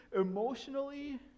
emotionally